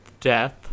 Death